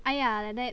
!aiya! like that